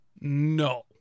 No